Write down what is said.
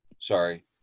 sorry